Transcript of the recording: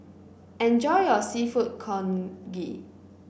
enjoy your seafood Congee